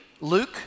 Luke